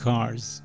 Cars